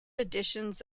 editions